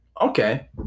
okay